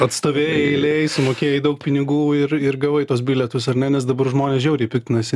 atstovėjai eilėj sumokėjai daug pinigų ir ir gavai tuos bilietus ar ne nes dabar žmonės žiauriai piktinasi